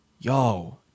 Yo